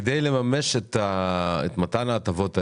כדי לממש את מתן ההטבות האלה,